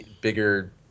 bigger